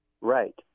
Right